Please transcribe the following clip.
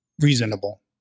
reasonable